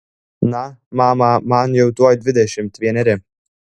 na mama man jau tuoj dvidešimt vieneri